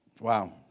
Wow